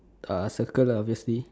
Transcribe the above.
uh circle lah obviously